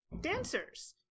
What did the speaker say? dancers